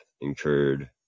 incurred